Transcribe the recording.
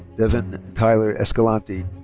devyn tyler escalanti.